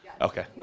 Okay